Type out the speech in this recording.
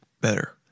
Better